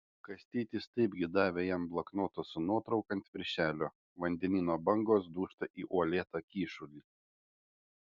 kastytis taipgi davė jam bloknotą su nuotrauka ant viršelio vandenyno bangos dūžta į uolėtą kyšulį